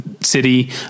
city